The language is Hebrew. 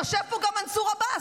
יושב פה גם מנסור עבאס,